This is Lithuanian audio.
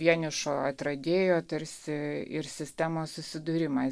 vienišo atradėjo tarsi ir sistemos susidūrimas